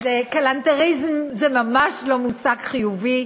אז כלנתריזם זה ממש לא מושג חיובי.